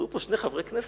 אז היו פה שני חברי כנסת,